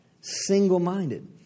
Single-minded